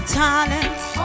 talents